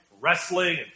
wrestling